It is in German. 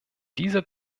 dieser